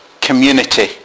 community